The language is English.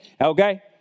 Okay